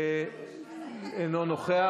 אינו נוכח.